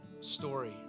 story